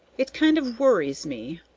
it kind of worries me,